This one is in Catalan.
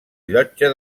llotja